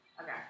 Okay